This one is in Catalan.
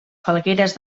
falgueres